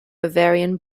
bavarian